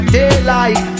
daylight